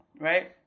right